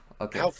Okay